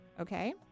okay